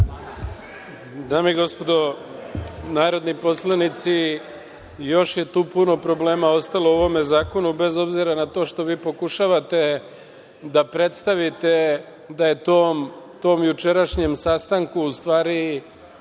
Dame i gospodo narodni poslanici, još je tu puno probleme ostalo u ovom zakonu, bez obzira na to što pokušavate da predstavite da je tom jučerašnjem sastanku, u stvari